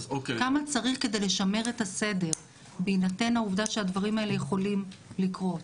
כמה צריך כדי לשמר את הסדר בהינתן העובדה שהדברים האלה יכולים לקרות.